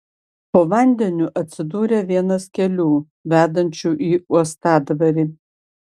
po vandeniu atsidūrė vienas kelių vedančių į uostadvarį